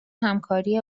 همکاری